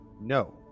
No